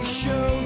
show